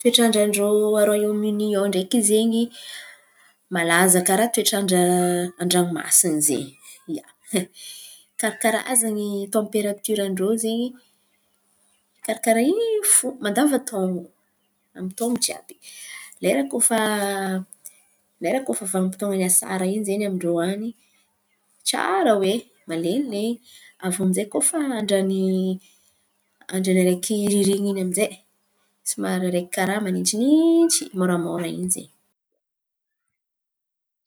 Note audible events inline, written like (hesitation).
(hesitation) toetrandran-drô a Rôiôm'Onia ao ndraiky zen̈y, malaza karàha toetrandra an-dranomasin̈y zen̈y, ia. (laughs) Karkarà zay tamperatioran-drô zen̈y, karkaràha in̈y fo mandavan-taon̈o, amin-taon̈o jiàby. Lera koa fa koa fa vanim-potoan̈a ny asara in̈y zen̈y, aminn-drô any tsara be, malen̈ilen̈y. Avô aminjay, koa fa andran'ny andran'araiky ririn̈iny aminjay, somary araiky karàha manintsinintsy tsy môramôra in̈y ze.